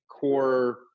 core